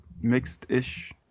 mixed-ish